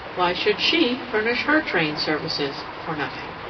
why should she furnish her trained services for nothing?